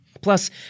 Plus